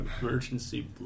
emergency